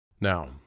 Now